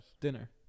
Dinner